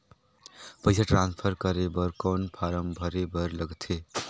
पईसा ट्रांसफर करे बर कौन फारम भरे बर लगथे?